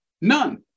None